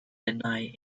deny